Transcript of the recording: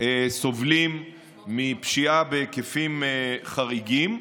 סובלים מפשיעה בהיקפים חריגים,